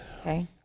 Okay